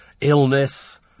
Illness